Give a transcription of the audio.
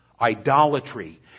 Idolatry